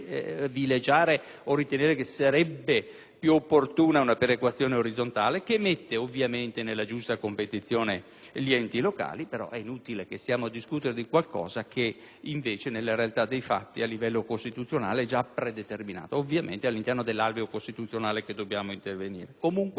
più opportuna una perequazione orizzontale, che metta nella giusta competizione gli enti locali, però è inutile che stiamo a discutere di qualcosa che, nella realtà dei fatti, a livello costituzionale è già predeterminato: ovviamente, è all'interno dell'alveo costituzionale che dobbiamo intervenire. Comunque sia, il fatto che la perequazione sia